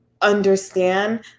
understand